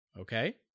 Okay